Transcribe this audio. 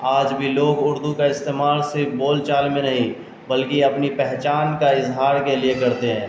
آج بھی لوگ اردو کا استعمال صرف بول چال میں نہیں بلکہ اپنی پہچان کا اظہار کے لیے کرتے ہیں